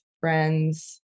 friends